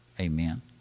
Amen